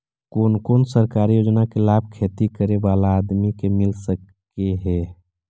कोन कोन सरकारी योजना के लाभ खेती करे बाला आदमी के मिल सके हे?